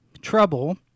trouble